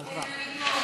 כן, אני פה.